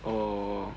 oh